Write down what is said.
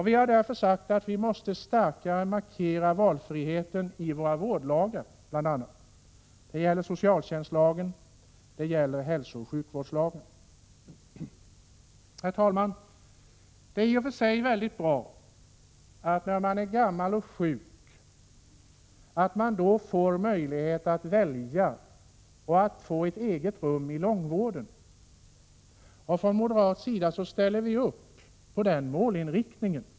Vi har därför sagt att man bl.a. i vårdlagarna starkare måste markera valfriheten — det gäller socialtjänstlagen och hälsooch sjukvårdslagen. Herr talman! Det är i och för sig bra att man får möjlighet att välja att få ett eget rum i långvården när man är gammal och sjuk. Från moderat sida ställer vi upp på den målinriktningen.